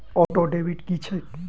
Auto debit की छैक?